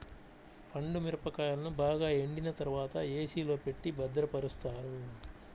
పండు మిరపకాయలను బాగా ఎండిన తర్వాత ఏ.సీ లో పెట్టి భద్రపరుస్తారు